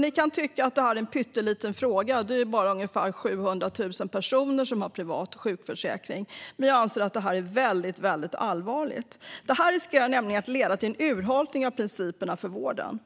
Ni kan tycka att det här är en pytteliten fråga, för det är bara ungefär 700 000 personer som har privat sjukförsäkring. Men jag anser att det här är väldigt allvarligt. Det riskerar nämligen att leda till en urholkning av principerna för vården.